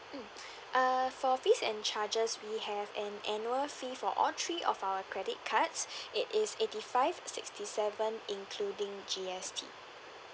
mm err for fees and charges we have an annual fee for all three of our credit cards it is eighty five sixty seven including G_S_T